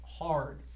hard